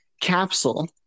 capsule